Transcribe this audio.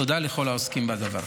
תודה לכל העוסקים בדבר.